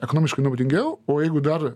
ekonomiškai naudingiau o jeigu dar